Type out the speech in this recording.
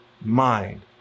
mind